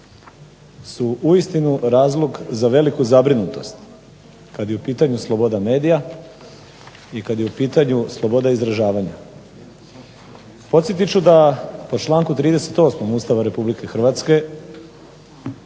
su uistinu razlog za veliku zabrinutost, kad je u pitanju sloboda medija, i kad je u pitanju sloboda izražavanja. Podsjetit ću da po članku 38. Ustava Republike Hrvatske,